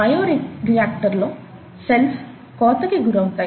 bio reactor లో cells కోతకి గురవుతాయి